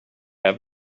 have